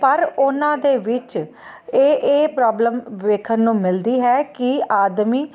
ਪਰ ਉਨ੍ਹਾਂ ਦੇ ਵਿੱਚ ਇਹ ਇਹ ਪ੍ਰੋਬਲਮ ਵੇਖਣ ਨੂੰ ਮਿਲਦੀ ਹੈ ਕਿ ਆਦਮੀ